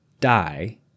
die